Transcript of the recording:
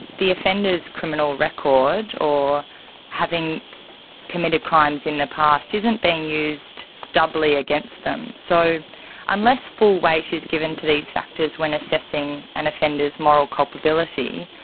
the offender's criminal record or having committed crimes in the past isn't being used doubly against them. so unless full weight is given to these factors when assessing an offender's moral culpability,